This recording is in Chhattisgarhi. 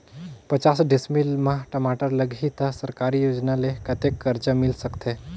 पचास डिसमिल मा टमाटर लगही त सरकारी योजना ले कतेक कर्जा मिल सकथे?